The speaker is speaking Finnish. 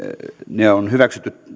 ne on hyväksytty